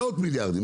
מאות מיליארדים.